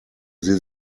sie